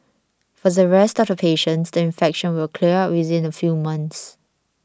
for the rest of the patients the infection will clear up within a few months